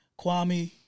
Kwame